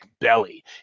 belly